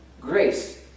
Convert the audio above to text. grace